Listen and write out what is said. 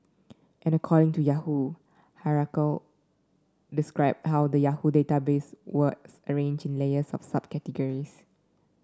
and according to Yahoo hierarchical described how the Yahoo database was arranged in layers of subcategories